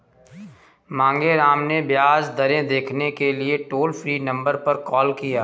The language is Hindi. मांगेराम ने ब्याज दरें देखने के लिए टोल फ्री नंबर पर कॉल किया